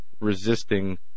resisting